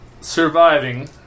surviving